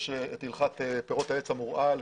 יש את הלכת פירות העץ המורעל,